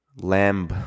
lamb